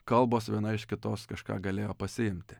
kalbos viena iš kitos kažką galėjo pasiimti